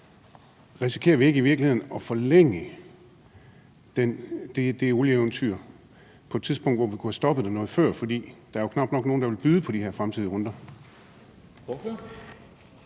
Risikerer vi ikke i virkeligheden at forlænge det olieeventyr på et tidspunkt, hvor vi kunne have stoppet det noget før? For der er jo knap nok nogen, der vil byde på de her fremtidige runder.